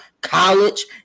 college